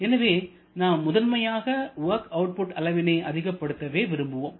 எனவே நாம் முதன்மையாக வொர்க் அவுட்புட் அளவினை அதிகப்படுத்தவே விரும்புவோம்